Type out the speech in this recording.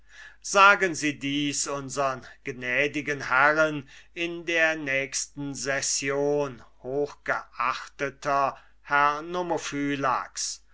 sagen sie dies unsern gnädigen herren in der nächsten session hochgeachteter